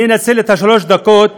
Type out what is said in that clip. אני אנצל את שלוש הדקות